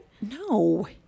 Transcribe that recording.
No